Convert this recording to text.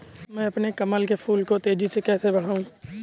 मैं अपने कमल के फूल को तेजी से कैसे बढाऊं?